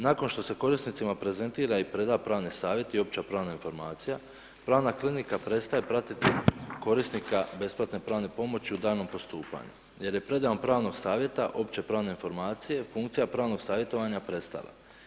Nakon što se korisnicima prezentira i pred pravni savjet i opća pravna informacija pravna klinika prestaje pratiti korisnika besplatne pravne pomoći u daljnjem postupanju jer je predajom pravnog savjeta opće pravne informacije funkcija pravnog savjetovanja prestala.